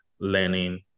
learning